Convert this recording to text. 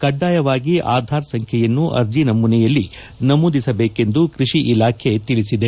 ಕಡ್ಡಾಯವಾಗಿ ಆಧಾರ್ ಸಂಖ್ವೆಯನ್ನು ಆರ್ಜೆ ನಮೂನೆಯಲ್ಲಿ ನಮೂದಿಸಬೇಕೆಂದು ಕೃಷಿ ಇಲಾಖೆ ತಿಳಿಸಿದೆ